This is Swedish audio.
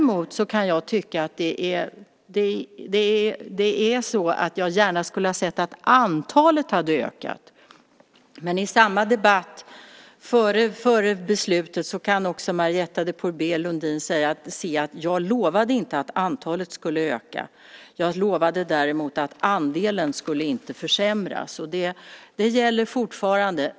Jag kan säga att jag gärna hade sett att antalet ökat, men som Marietta de Pourbaix-Lundin kan se från den debatt som ägde rum före beslutet lovade jag inte att antalet skulle öka. Däremot lovade jag att andelen inte skulle försämras, och det gäller fortfarande.